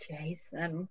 Jason